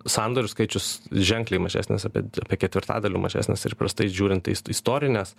sandorių skaičius ženkliai mažesnis apie apie ketvirtadaliu mažesnis ir įprastai žiūrint istorines